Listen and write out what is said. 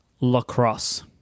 lacrosse